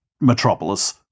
Metropolis